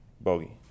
bogey